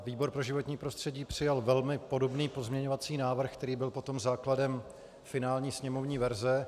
Výbor pro životní prostředí přijal velmi podobný pozměňovací návrh, který byl potom základem finální sněmovní verze.